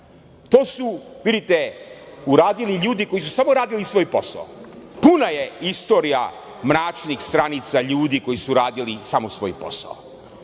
su, vidite, uradili ljudi koji su samo radili svoj posao. Puna je istorija mračnih stranica ljudi koji su radili samo svoj posao.Za